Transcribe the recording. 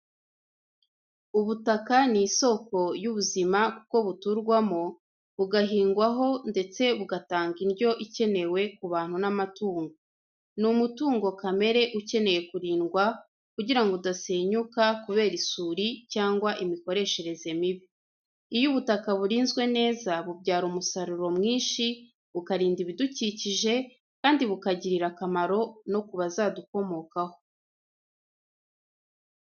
Ubutaka ni isoko y'buzima kuko buturwamo, bugahingwaho ndetse bugatanga indyo ikenewe ku bantu n’amatungo. Ni umutungo kamere ukeneye kurindwa kugira ngo udasenyuka kubera isuri cyangwa imikoreshereze mibi. Iyo ubutaka burinzwe neza, bubyara umusaruro mwinshi, bukarinda ibidukikije, kandi bukagirira akamaro no ku bazadukomokaho.